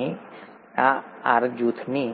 અહીં આ R જૂથની